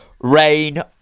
rain